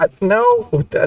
No